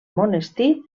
monestir